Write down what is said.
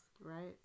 right